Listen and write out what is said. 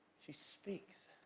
she speaks